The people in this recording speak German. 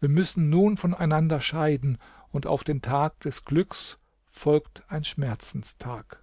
wir müssen nun voneinander scheiden und auf den tag des glücks folgt ein schmerzenstag